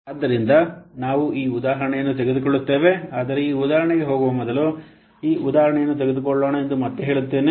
ಆದ್ದರಿಂದ ನಾವು ಈ ಉದಾಹರಣೆಯನ್ನು ತೆಗೆದುಕೊಳ್ಳುತ್ತೇವೆ ಆದರೆ ಈ ಉದಾಹರಣೆಗೆ ಹೋಗುವ ಮೊದಲು ಈ ಉದಾಹರಣೆಯನ್ನು ತೆಗೆದುಕೊಳ್ಳೋಣ ಎಂದು ಮತ್ತೆ ಹೇಳುತ್ತೇನೆ